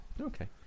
Okay